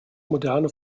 moderne